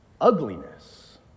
ugliness